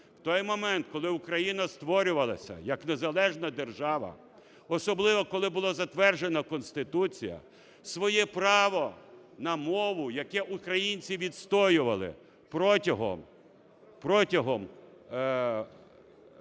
В той момент, коли Україна створювалася, як незалежна держава, особливо, коли була затверджена Конституція, своє право на мову, яке українці відстоювали протягом перебування